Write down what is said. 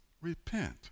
repent